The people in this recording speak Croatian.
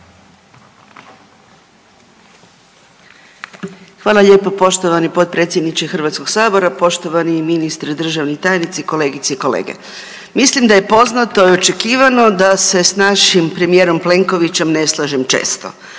Hvala lijepo poštovani potpredsjedniče HS, poštovani ministri i državni tajnici, kolegice i kolege. Mislim da je poznato i očekivano da se s našim premijerom Plenkovićem ne slažem često,